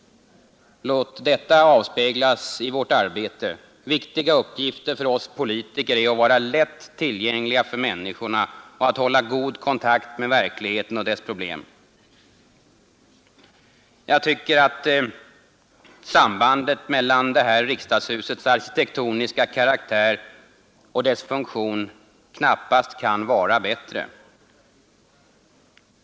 Låt detta avspeglas i vårt arbete; viktiga uppgifter för oss politiker är att vara lätt tillgängliga för människorna och att hålla god kontakt med verkligheten och dess problem. Jag tycker att sambandet mellan det här riksdagshusets arkitektoniska karaktär och dess funktion knappast kan vara bättre.